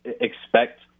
expect